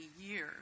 years